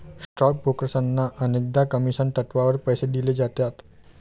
stock ब्रोकर्सना अनेकदा commission तत्त्वावर पैसे दिले जातात